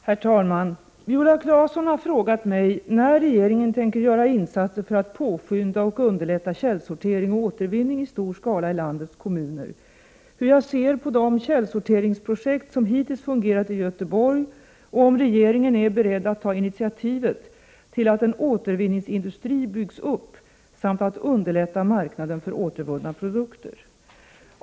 Herr talman! Viola Claesson har frågat mig när regeringen tänker göra insatser för att påskynda och underlätta källsortering och återvinning i stor skala i landets kommuner, hur jag ser på de källsorteringsprojekt som hittills fungerat i Göteborg och om regeringen är beredd att ta initiativet till att en återvinningsindustri byggs upp samt att underlätta marknaden för återvunna produkter.